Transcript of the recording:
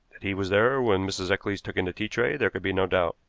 that he was there when mrs. eccles took in the tea-tray there could be no doubt